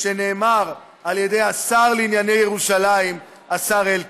שנאמר על ידי השר לענייני ירושלים, השר אלקין.